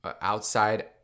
outside